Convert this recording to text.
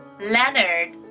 Leonard